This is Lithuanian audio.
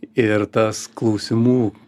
ir tas klausimų